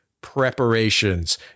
preparations